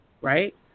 right